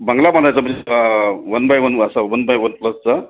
बंगला बनवायचा म्हणजे वन बाय वन असा वन बाय वन प्लसचा